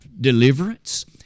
deliverance